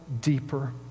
deeper